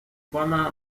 poemas